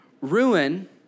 Ruin